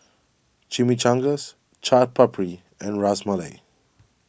Chimichangas Chaat Papri and Ras Malai